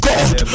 God